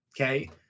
Okay